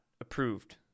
approved